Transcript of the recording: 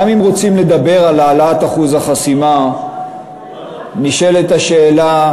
גם אם רוצים לדבר על העלאת אחוז החסימה נשאלת השאלה,